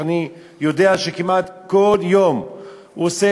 שאני יודע שכמעט כל יום הוא עושה,